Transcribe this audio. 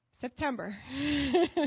September